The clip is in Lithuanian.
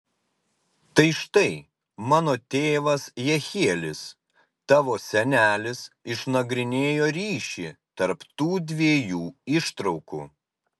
tai štai mano tėvas jehielis tavo senelis išnagrinėjo ryšį tarp tų dviejų ištraukų